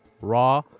raw